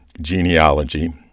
genealogy